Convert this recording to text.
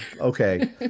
okay